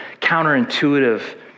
counterintuitive